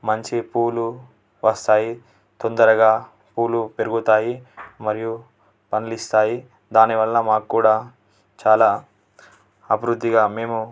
మంచి పూలు వస్తాయి తొందరగా పూలు పెరుగుతాయి మరియు పళ్ళు ఇస్తాయి దానివలన మాకు కూడా చాలా అభివృద్ధిగా మేము